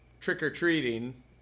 trick-or-treating